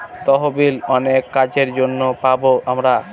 তহবিল অনেক কাজের জন্য পাবো আমরা